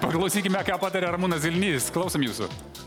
paklausykime ką pataria ramūnas zilnys klausom jūsų